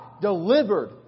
delivered